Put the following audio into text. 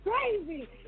crazy